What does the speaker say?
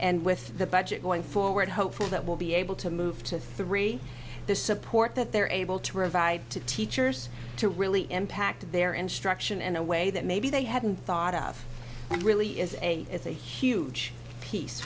and with the budget going forward hopefully that will be able to move to three the support that they're able to revive to teachers to really impact their instruction in a way that maybe they hadn't thought of and really is a is a huge piece